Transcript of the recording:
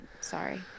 Sorry